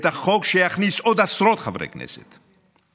החוק שיכניס עוד עשרות חברי כנסת?